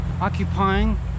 occupying